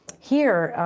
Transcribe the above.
here,